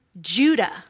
Judah